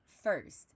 First